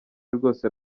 rwose